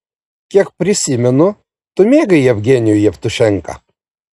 kiek prisimenu tu mėgai jevgenijų jevtušenką